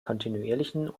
kontinuierlichen